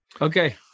Okay